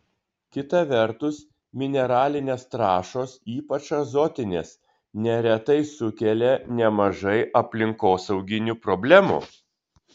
kita vertus mineralinės trąšos ypač azotinės neretai sukelia nemažai aplinkosauginių problemų